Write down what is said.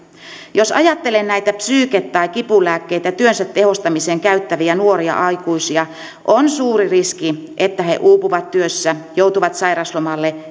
jos ajattelee näitä psyyken tai kipulääkkeitä työnsä tehostamiseen käyttäviä nuoria aikuisia on suuri riski että he uupuvat työssä joutuvat sairauslomalle